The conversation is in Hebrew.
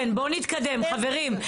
כן, בואו נתקדם, חברים.